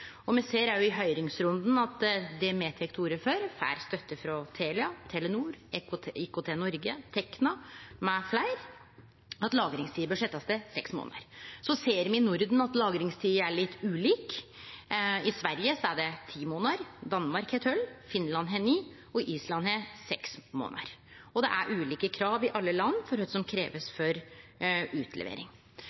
Me ser òg av høyringsrunden at det me tek til orde for, at lagringstida bør setjast til seks månader, får støtte frå Telia, Telenor, IKT-Norge, Tekna mfl. Så ser me i Norden at lagringstida er litt ulik. I Sverige er ho ti månader. Danmark har tolv, Finland har ni, og Island har seks månader. Det er ulike krav i alle land for kva som krevst for utlevering.